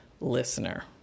listener